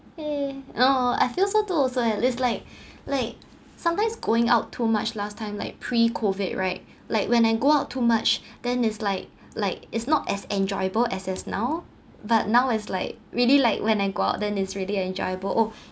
eh oh I feel so too also eh it's like like sometimes going out too much last time like pre-COVID right like when I go out too much then it's like like is not as enjoyable as as now but now it's like really like when I go out then it's really enjoyable oh